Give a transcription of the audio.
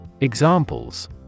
Examples